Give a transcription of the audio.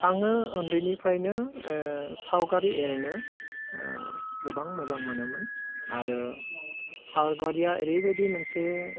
आङो उन्दैनिफ्रायनो सावगारि एरनो गोबां मोजां मोनोमोन आरो सावगारिया ओरैबायदि मोनसे